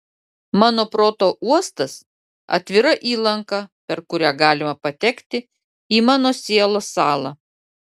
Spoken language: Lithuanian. mano proto uostas atvira įlanka per kurią galima patekti į mano sielos sąlą